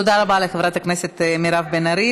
תודה רבה לחברת הכנסת מירב בן ארי.